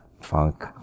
funk